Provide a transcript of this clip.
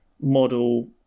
model